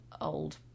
old